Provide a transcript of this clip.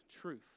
truth